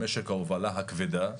משק ההובלה הכבדה,